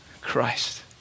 Christ